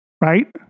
right